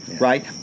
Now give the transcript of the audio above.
right